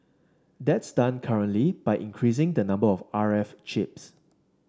that's done currently by increasing the number of R F chips